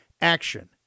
Action